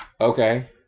Okay